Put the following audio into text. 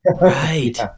Right